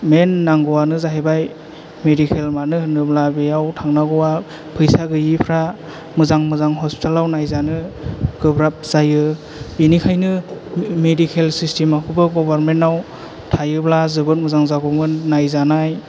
मेन नांगौआनो जाहैबाय मेडिकेल मानो होनोब्ला बेयाव थांनांगौआ फैसा गैयिफ्रा मोजां मोजां हस्फिटालाव नायजानो गोब्राब जायो बिनिखायनो मेडिकेल सिसटेमा खौबो गभारमेन्ट आव थायोब्ला जोबोद मोजां जागौमोन नायजानाय